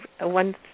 One